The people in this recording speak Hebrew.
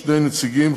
שני נציגים,